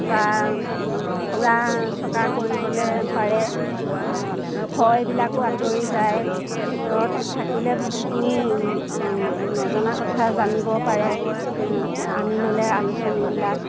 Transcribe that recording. বা ফুৰা চকা কৰিবলৈ পাৰে ভয়বিলাকো আঁতৰি যায় ভিতৰত থাকিলে বহুতখিনি আ নজনা কথা জানিব পাৰে আনি ল'লে আলোচনীবিলাক